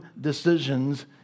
decisions